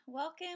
Welcome